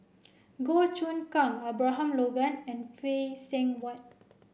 Goh Choon Kang Abraham Logan and Phay Seng Whatt